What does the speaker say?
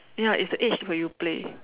ya it's the age where you play